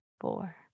Four